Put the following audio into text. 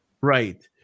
Right